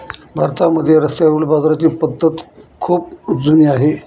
भारतामध्ये रस्त्यावरील बाजाराची पद्धत खूप जुनी आहे